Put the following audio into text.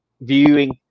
viewing